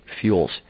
fuels